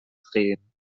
drehen